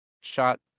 shot